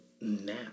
now